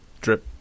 drip